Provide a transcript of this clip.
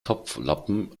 topflappen